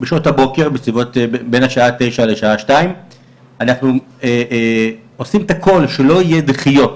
בשעות הבוקר בין השעה 9:00 לשעה 14:00. אנחנו עושים את הכל כדי שלא יהיו דחיות.